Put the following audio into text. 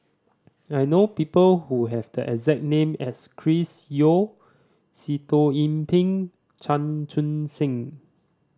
I know people who have the exact name as Chris Yeo Sitoh Yih Pin Chan Chun Sing